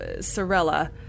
Sorella